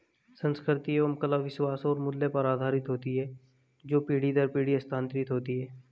संस्कृति एवं कला विश्वास और मूल्य पर आधारित होती है जो पीढ़ी दर पीढ़ी स्थानांतरित होती हैं